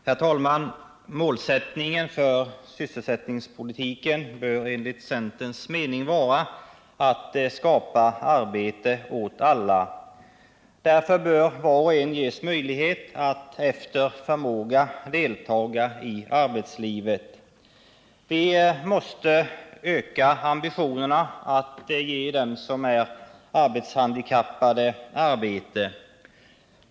Herr talman! Målsättningen för sysselsättningspolitiken bör enligt centerns mening vara att skapa arbete åt alla. Därför bör var och en ges möjlighet att efter förmåga deltaga i arbetslivet. Vi måste öka ambitionerna att ge dem som är arbetshandikappade arbete.